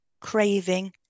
craving